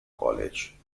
college